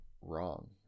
wrong